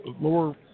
lower